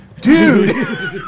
Dude